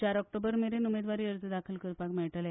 चार ऑक्टोबर मेरेन उमेदवारी अर्ज दाखल करपाक मेळटले